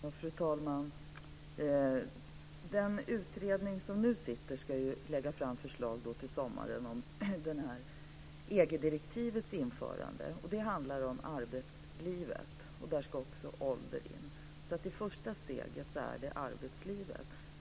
Fru talman! Den utredning som nu sitter ska lägga fram förslag till sommaren om ett EG-direktivs införande. Det handlar om arbetslivet, och där ska också åldern in. Det första steget gäller arbetslivet.